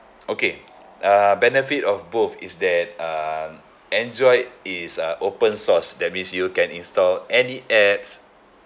okay uh benefit of both is that uh android is uh open source that means you can install any apps